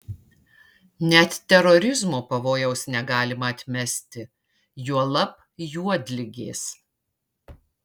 net terorizmo pavojaus negalima atmesti juolab juodligės